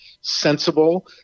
sensible